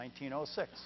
1906